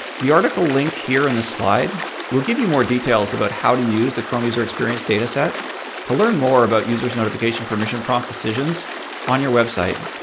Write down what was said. the article linked here in the slide will give you more details about how to use the chrome user experience data set to learn more about users' notification permission prompt decisions on your website.